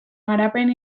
garapen